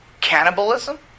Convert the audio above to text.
Cannibalism